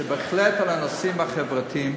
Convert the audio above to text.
שבהחלט על הנושאים החברתיים,